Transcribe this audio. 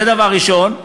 זה דבר ראשון.